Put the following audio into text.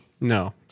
No